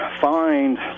find